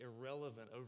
irrelevant